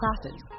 classes